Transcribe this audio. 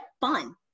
fun